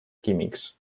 químics